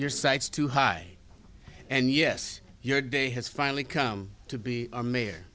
your sights too high and yes your day has finally come to be a mayor